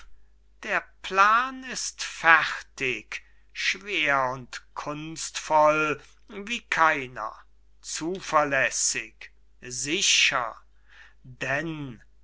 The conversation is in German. der plan ist fertig schwer und kunstvoll wie keiner zuverläßig sicher denn